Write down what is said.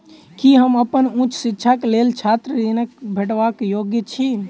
की हम अप्पन उच्च शिक्षाक लेल छात्र ऋणक भेटबाक योग्य छी?